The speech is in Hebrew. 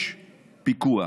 יש פיקוח.